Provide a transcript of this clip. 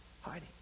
hiding